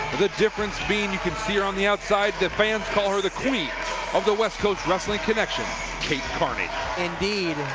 the difference being you can see around the outside, the fans call her the queen of the west coast wrestling connection kate carney. bc indeed.